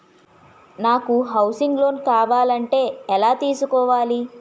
నాకు housing loan కావాలంటే ఎలా తీసుకోవాలి?